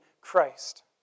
Christ